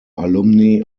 alumni